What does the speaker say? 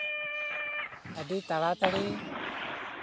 ᱟᱹᱰᱤ ᱛᱟᱲᱟᱛᱟᱹᱲᱤ